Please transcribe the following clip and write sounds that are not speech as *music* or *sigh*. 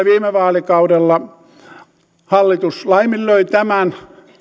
*unintelligible* viime vaalikaudella hallitus laiminlöi tämän